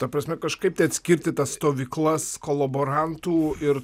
ta prasme kažkaip atskirti tas stovyklas kolaborantų ir